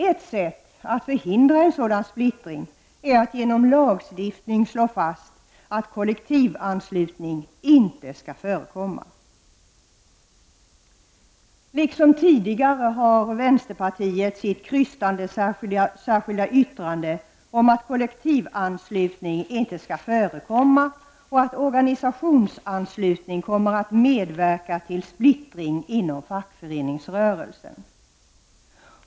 Ett sätt att förhindra en sådan splittring är att genom lagstiftning slå fast att kollektivanslutning inte skall förekomma. Liksom tidigare har vänsterpartiet sitt krystade särskilda yttrande om att kollektivanslutning inte skall förekomma och att organisationsanslutning kommer att medverka till splittring inom fackföreningsrörelsen.